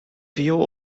viool